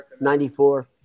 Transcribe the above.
94